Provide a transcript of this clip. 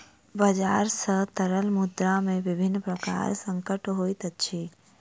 बजार सॅ तरल मुद्रा में विभिन्न प्रकारक संकट होइत अछि